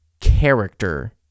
character